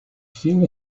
feel